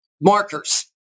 markers